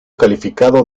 calificado